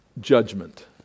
judgment